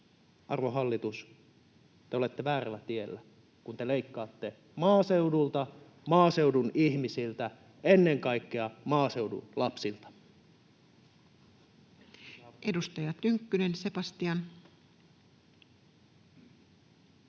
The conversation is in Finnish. Arvon hallitus, te olette väärällä tiellä, kun te leikkaatte maaseudulta, maaseudun ihmisiltä, ennen kaikkea maaseudun lapsilta. [Speech 610] Speaker: